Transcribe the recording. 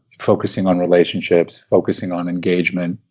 focusing on relationships, focusing on engagement,